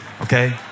okay